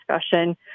discussion